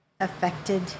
affected